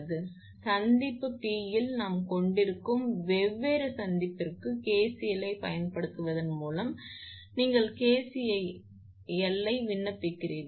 எனவே சந்திப்பு P இல் நாம் கொண்டிருக்கும் வெவ்வேறு சந்திப்பிற்கு KCL ஐப் பயன்படுத்துவதன் மூலம் நீங்கள் KCL ஐ விண்ணப்பிக்கிறீர்கள்